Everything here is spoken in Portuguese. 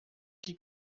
que